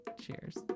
cheers